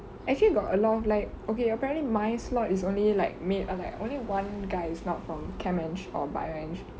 actually got alot of like okay apparently my slot is only like me and like only one guy is not from chem eng or bio eng